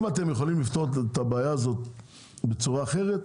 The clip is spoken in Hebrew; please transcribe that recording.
אם אתם יכולים לפתור את הבעיה הזאת בצורה אחרת,